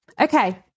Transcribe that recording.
Okay